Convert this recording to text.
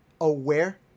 aware